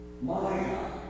Maya